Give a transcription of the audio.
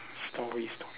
stories stor~